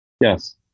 Yes